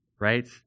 Right